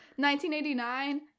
1989